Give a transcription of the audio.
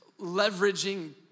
leveraging